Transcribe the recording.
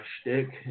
shtick